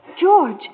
George